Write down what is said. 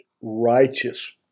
Righteous